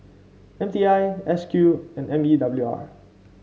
M T I S Q and M E W R